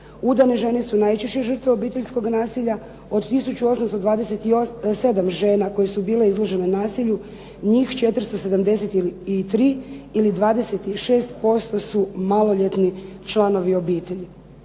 Udane žene su najčešće žrtve obiteljskoga nasilja. Od tisuću 827 žena koje su bile izložene nasilju, njih 473 ili 26% su maloljetni članovi obitelji.